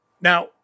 Now